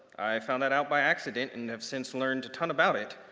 i found that out by accident and have since learned a ton about it.